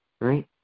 right